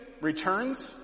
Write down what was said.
returns